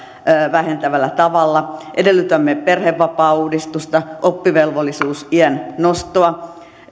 vähentävällä tavalla edellytämme perhevapaauudistusta oppivelvollisuusiän nostoa